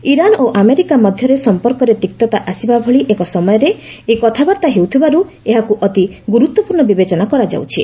Iran ଓ America ମଧ୍ୟରେ ସଂପର୍କରେ ତିକ୍ତତା ଆସିବା ଭଳି ଏକ ସମୟରେ ଏହି କଥାବାର୍ତ୍ତା ହେଉଥିବାରୁ ଏହାକୁ ଅତି ଗୁରୁତ୍ୱପୂର୍ଣ୍ଣ ବିବେଚନା କରାଯାଉଛି